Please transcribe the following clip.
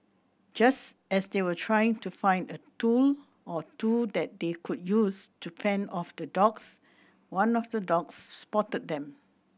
just as they were trying to find a tool or two that they could use to fend off the dogs one of the dogs spotted them